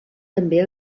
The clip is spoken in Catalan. també